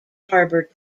harbour